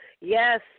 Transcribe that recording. Yes